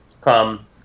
come